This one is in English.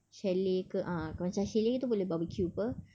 chalet ke ah kalau macam chalet tu boleh barbecue [pe]